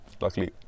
Luckily